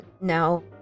no